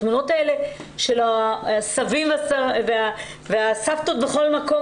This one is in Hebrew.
התמונות האלה של ריחוק מסבא וסבתא בכל מקום,